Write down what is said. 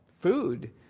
food